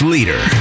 Leader